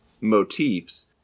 motifs